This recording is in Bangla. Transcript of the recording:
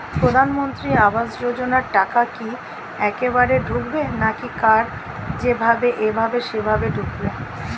প্রধানমন্ত্রী আবাস যোজনার টাকা কি একবারে ঢুকবে নাকি কার যেভাবে এভাবে সেভাবে ঢুকবে?